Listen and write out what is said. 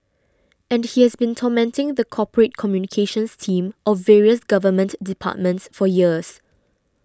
and he has been tormenting the corporate communications team of various government departments for years